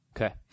Okay